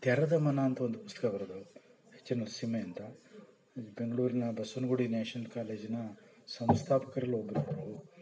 ತೆರೆದ ಮನ ಅಂತ ಒಂದು ಪುಸ್ತಕ ಬರೆದ್ರು ಎಚ್ ನರಸಿಂಹಯ್ಯ ಅಂತ ಬೆಂಗಳೂರಿನ ಬಸವನಗುಡಿ ನ್ಯಾಷನಲ್ ಕಾಲೇಜಿನ ಸಂಸ್ಥಾಪಕರಲ್ಲಿ ಒಬ್ಬರವ್ರು